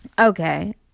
Okay